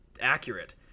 accurate